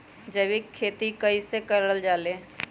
जैविक खेती कई से करल जाले?